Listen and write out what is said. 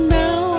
now